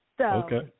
Okay